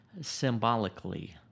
symbolically